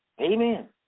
Amen